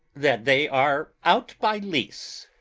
that they are out by lease.